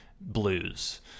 blues